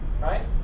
right